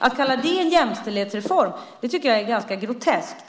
Att kalla det en jämställdhetsreform tycker jag är ganska groteskt.